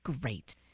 Great